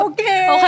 Okay